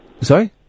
Sorry